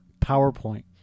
PowerPoint